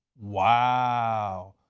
wow.